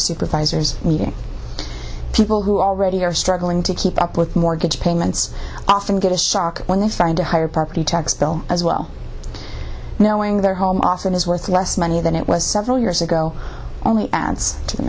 of supervisors meeting people who already are struggling to keep up with mortgage payments often get a shock when they find a higher property tax bill as well knowing their home often is worth less money than it was several years ago only adds to the